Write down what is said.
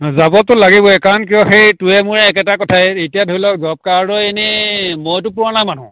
যাবতো লাগিবই কাৰণ কিয় সেই তোৰে মোৰে একেটা কথাই এতিয়া ধৰি ল জবকাৰ্ডৰ এনেই মইটো পুৰণা মানুহ